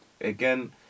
again